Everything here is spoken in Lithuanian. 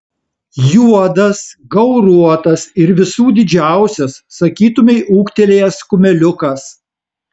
juodas gauruotas ir visų didžiausias sakytumei ūgtelėjęs kumeliukas